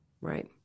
Right